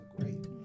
great